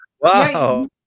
wow